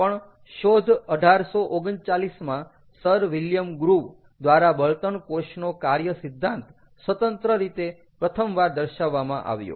પણ શોધ 1839 માં સર વિલિયમ ગ્રુવ દ્વારા બળતણ કોષનો કાર્ય સિદ્ધાંત સ્વતંત્ર રીતે પ્રથમવાર દર્શાવવામાં આવ્યો